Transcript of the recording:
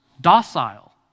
docile